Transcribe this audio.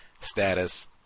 status